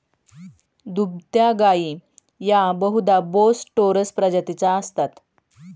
दुभत्या गायी या बहुधा बोस टोरस प्रजातीच्या असतात